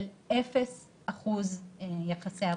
של אפס אחוז יחסי עבודה.